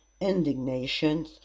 Indignation